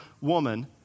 woman